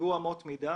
תקבעו אמות מידה.